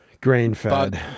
Grain-fed